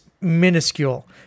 minuscule